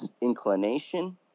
inclination